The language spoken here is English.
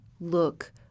look